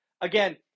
Again